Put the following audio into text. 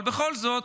אבל בכל זאת,